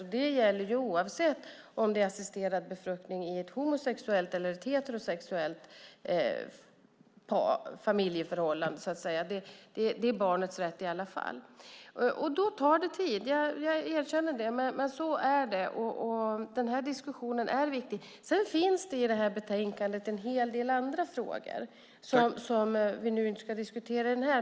Den rätten gäller oavsett om det är assisterad befruktning i ett homosexuellt eller heterosexuellt förhållande. Det är alltid barnets rätt. Det tar tid. Jag erkänner det, men så är det. Och den här diskussionen är viktig. Sedan finns det i betänkandet en hel del andra frågor som vi inte ska diskutera nu.